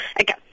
Okay